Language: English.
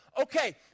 Okay